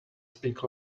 speak